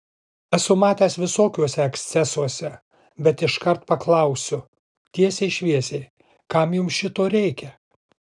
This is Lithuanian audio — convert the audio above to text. esu matęs visokiuose ekscesuose bet iškart paklausiu tiesiai šviesiai kam jums šito reikia